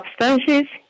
substances